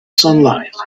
sunlight